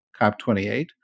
COP28